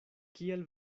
kial